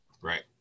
Right